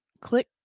click